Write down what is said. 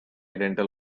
dental